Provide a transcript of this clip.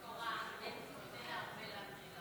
19 בעד, נמנע אחד.